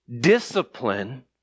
Discipline